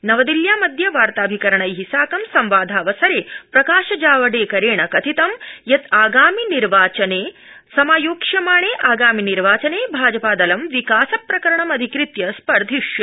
नवदिल्यामद्य वार्ताभिकरणासाकं संवादावसरे प्रकाश जावडेकरेण कथितं यत् दिल्यां समोयोक्ष्यमाणं आगामि निर्वाचनं भाजपादलं विकास प्रकरणमधिकृत्य स्पर्धिष्यते